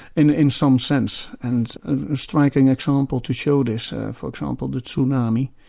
in in some sense, and a striking example to show this for example, the tsunami.